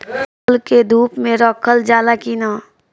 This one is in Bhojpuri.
फसल के धुप मे रखल जाला कि न?